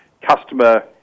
customer